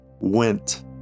went